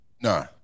Nah